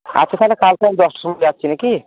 আচ্ছা তাহলে কালকে আমি দশটার সময় যাচ্ছি না কি